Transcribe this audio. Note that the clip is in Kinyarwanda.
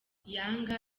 yanga